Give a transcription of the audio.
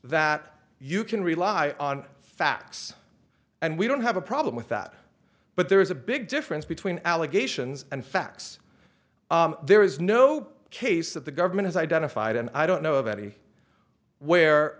that you can rely on facts and we don't have a problem with that but there is a big difference between allegations and facts there is no case that the government has identified and i don't know of any where